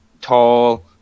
tall